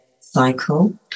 cycle